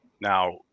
now